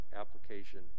Application